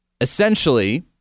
essentially